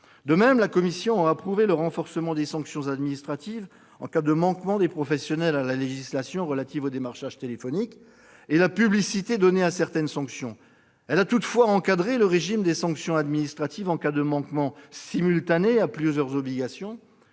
De même, elle a approuvé le renforcement des sanctions administratives en cas de manquement des professionnels à la législation relative au démarchage téléphonique, et la publicité donnée à certaines sanctions. Elle a toutefois encadré le régime des sanctions administratives en cas de manquements simultanés à plusieurs obligations,